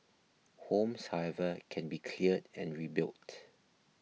homes however can be cleared and rebuilt